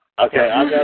Okay